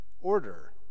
order